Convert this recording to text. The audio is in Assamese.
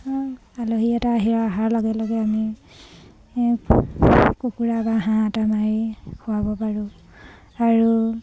আলহী এটা আহি আহাৰ লগে লগে আমি কুকুৰা বা হাঁহ এটা মাৰি খোৱাব পাৰোঁ আৰু